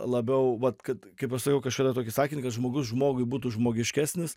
labiau vat kad kaip aš sakiau kažkada tokį sakinį kad žmogus žmogui būtų žmogiškesnis